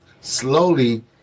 slowly